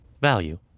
value